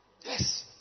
Yes